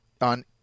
on